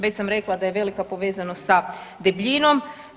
Već sam rekla da je velika povezanost sa debljinom.